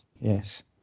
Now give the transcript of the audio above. Yes